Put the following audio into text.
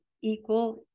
equal